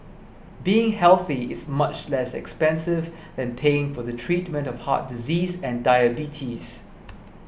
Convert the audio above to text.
being healthy is much less expensive than paying for the treatment of heart disease and diabetes